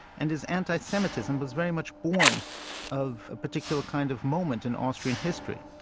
and his anti-semitism was very much born of a particular kind of moment in austrian history.